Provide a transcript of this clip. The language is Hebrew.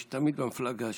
יש תמיד במפלגה השנייה.